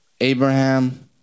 Abraham